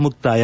ಮುಕ್ತಾಯ